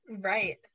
Right